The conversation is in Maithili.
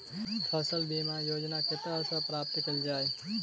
फसल बीमा योजना कतह सऽ प्राप्त कैल जाए?